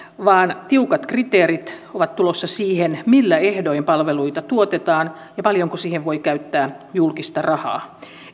vaan tiukat kriteerit ovat tulossa siihen millä ehdoin palveluita tuotetaan ja paljonko siihen voi käyttää julkista rahaa